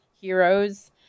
heroes